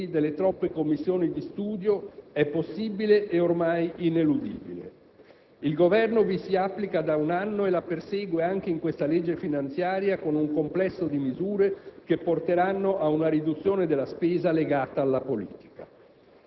Una riduzione del personale parapolitico, dei consulenti, delle troppe commissioni di studio è possibile e ormai ineludibile. Il Governo vi si applica da un anno e la persegue anche in questa legge finanziaria, con un complesso di misure